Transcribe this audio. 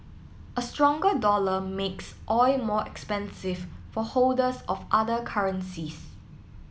a stronger dollar makes oil more expensive for holders of other currencies